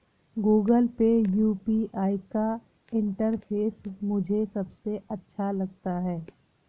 Google pay UPI का interface मुझे सबसे अच्छा लगता है